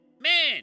man